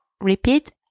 Repeat